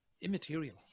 immaterial